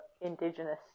indigenous